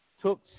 Took